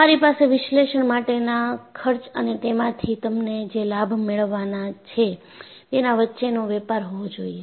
તમારી પાસે વિશ્લેષણ માટેના ખર્ચ અને તેમાંથી તમને જે લાભ મેળવવાના છે તેના વચ્ચેનો વેપાર હોવો જોઈએ